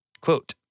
Quote